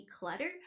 declutter